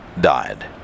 died